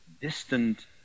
distant